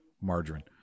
margarine